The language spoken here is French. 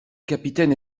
capitaine